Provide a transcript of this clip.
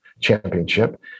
championship